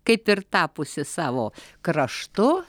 kaip ir tapusi savo kraštu